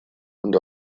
und